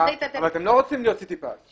אבל אתם לא רוצים להיות "סיטי פס".